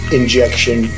injection